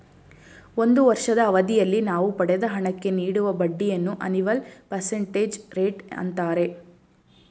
ಒಂದು ವರ್ಷದ ಅವಧಿಯಲ್ಲಿ ನಾವು ಪಡೆದ ಹಣಕ್ಕೆ ನೀಡುವ ಬಡ್ಡಿಯನ್ನು ಅನಿವಲ್ ಪರ್ಸೆಂಟೇಜ್ ರೇಟ್ ಅಂತಾರೆ